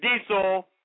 Diesel